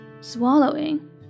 Swallowing